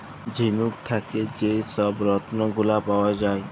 ঝিলুক থ্যাকে যে ছব রত্ল গুলা পাউয়া যায়